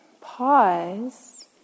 Pause